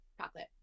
Chocolate